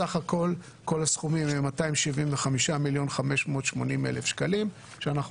סך הכול כל הסכומים הם 275.580 מיליון שקלים שאנחנו